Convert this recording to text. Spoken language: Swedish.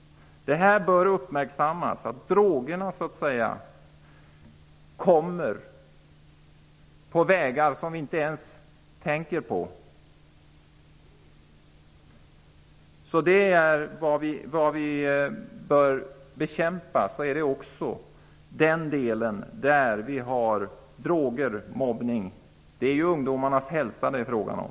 Det bör uppmärksammas att drogerna kommer på vägar som vi inte ens tänker på. Vi bör alltså bekämpa också det som rör droger och mobbning. Det är ju ungdomarnas hälsa det är fråga om.